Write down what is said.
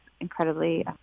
incredibly